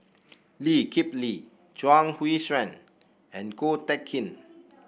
Lee Kip Lee Chuang Hui Tsuan and Ko Teck Kin